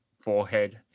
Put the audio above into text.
forehead